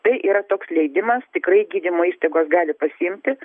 tai yra toks leidimas tikrai gydymo įstaigos gali pasiimti